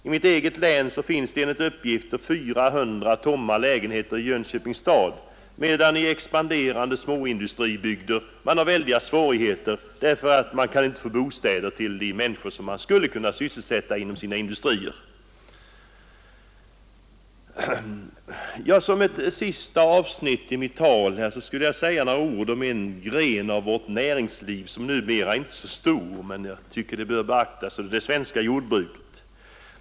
I mitt eget län finns det enligt uppgifter 400 tomma lägenheter i Jönköpings stad, medan man i expanderande småindustribygder har väldiga svårigheter därför att man inte kan få bostäder till de människor som man skulle kunna sysselsätta inom sina industrier, Som ett sista avsnitt i mitt tal vill jag säga några ord om en gren av vårt näringsliv som numera inte är så stor men som jag tycker bör beaktas. Det är det svenska jordbruket.